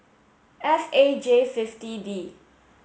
F A J fifity D